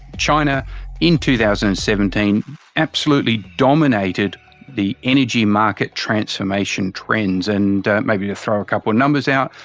china in two thousand and seventeen absolutely dominated the energy market transformation trends. and maybe to throw a couple of numbers out,